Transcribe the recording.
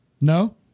No